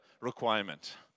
requirement